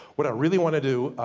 what i really want to do,